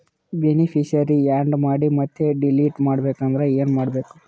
Beneficiary, add ಮಾಡಿ ಮತ್ತೆ delete ಮಾಡಬೇಕೆಂದರೆ ಏನ್ ಮಾಡಬೇಕು?